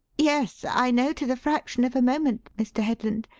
yes, i know to the fraction of a moment, mr. headland.